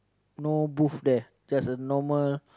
no booth there just a normal